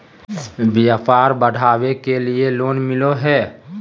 व्यापार बढ़ावे के लिए लोन मिलो है?